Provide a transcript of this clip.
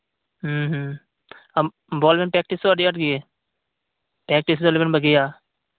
ᱟᱢ ᱵᱚᱞ ᱮᱢ ᱯᱮᱠᱴᱤᱥᱚᱜᱼᱟ ᱟᱹᱰᱤ ᱟᱸᱴ ᱜᱮ ᱯᱮᱠᱴᱤᱥ ᱫᱚ ᱟᱞᱚᱵᱮᱱ ᱵᱟᱹᱜᱤᱭᱟ